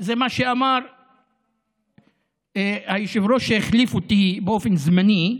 זה מה שאמר היושב-ראש שהחליף אותי באופן זמני,